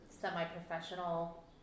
semi-professional